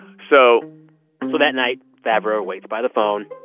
so so that night, favreau waits by the phone.